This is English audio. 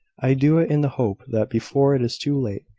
i do it in the hope that, before it is too late,